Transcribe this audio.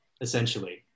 essentially